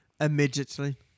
Immediately